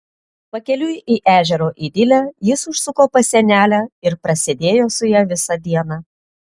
pakeliui į ežero idilę jis užsuko pas senelę ir prasėdėjo su ja visą dieną